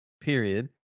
period